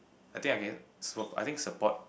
I think I can support I think support